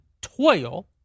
toil